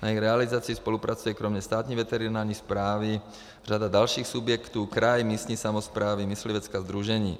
Na jejich realizaci spolupracuje kromě Státní veterinární správy řada dalších subjektů, kraj, místní samosprávy, myslivecká sdružení.